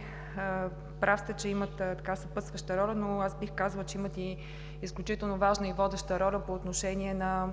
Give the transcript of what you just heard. – прав сте, че имат и съпътстваща роля, но бих казала, че имат и изключително важна и водеща роля по отношение на